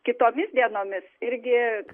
kitomis dienomis irgi